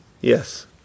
yes